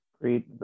Great